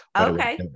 okay